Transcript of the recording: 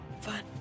fun